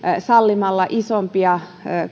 sallimalla isompia